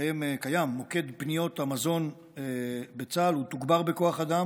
קיים מוקד פניות המזון בצה"ל, הוא תוגבר בכוח אדם